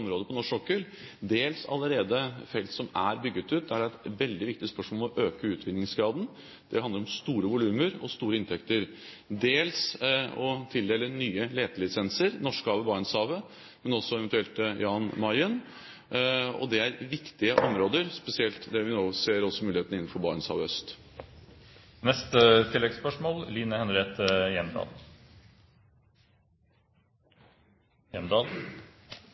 på norsk sokkel, dels felt som allerede er bygget ut, der det er et veldig viktig spørsmål om man skal øke utvinningsgraden – det handler om store volumer og store inntekter. Dels handler det om å tildele nye letelisenser, i Norskehavet og Barentshavet, men også eventuelt utenfor Jan Mayen. Dette er viktige områder, spesielt der vi nå ser mulighetene også innenfor Barentshavet Øst. Line Henriette